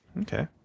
Okay